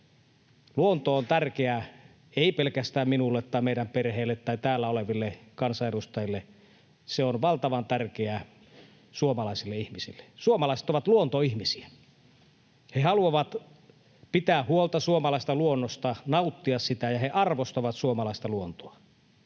Luonto on tärkeä, ei pelkästään minulle tai meidän perheelle tai täällä oleville kansanedustajille, se on valtavan tärkeä suomalaisille ihmisille. Suomalaiset ovat luontoihmisiä. He haluavat pitää huolta suomalaisesta luonnosta, nauttia siitä, ja he arvostavat suomalaista luontoa.